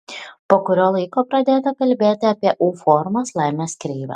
po kurio laiko pradėta kalbėti apie u formos laimės kreivę